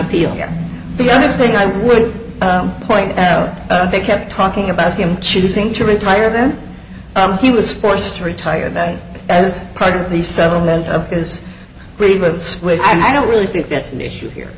appeal the other thing i would point out they kept talking about him choosing to retire then i'm he was forced to retire that as part of the settlement of his grievance with and i don't really think that's an issue here